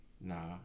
nah